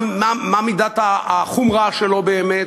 מה מידת החומרה שלו באמת.